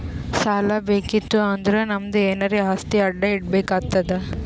ಸಾಲಾ ಬೇಕಿತ್ತು ಅಂದುರ್ ನಮ್ದು ಎನಾರೇ ಆಸ್ತಿ ಅಡಾ ಇಡ್ಬೇಕ್ ಆತ್ತುದ್